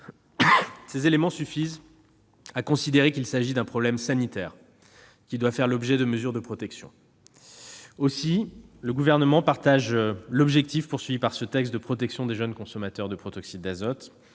Ces éléments suffisent à considérer qu'il s'agit d'un problème sanitaire devant faire l'objet de mesures de protection. Aussi le Gouvernement partage-t-il les objectifs de ce texte, qui sont de protéger les jeunes consommateurs de protoxyde d'azote